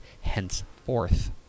henceforth